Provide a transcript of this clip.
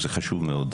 זה חשוב מאוד.